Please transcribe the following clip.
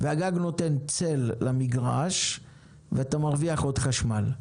והגג נותן צל למגרש ואתה מרוויח עוד חשמל.